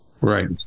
right